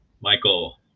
Michael